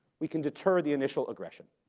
we can deter the initial aggression.